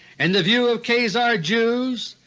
and the view of khazar jews,